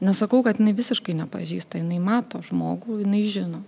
nesakau kad jinai visiškai nepažįsta jinai mato žmogų jinai žino